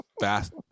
fast